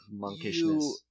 monkishness